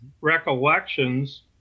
recollections